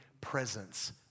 presence